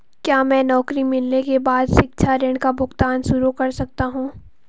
क्या मैं नौकरी मिलने के बाद शिक्षा ऋण का भुगतान शुरू कर सकता हूँ?